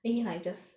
then he like just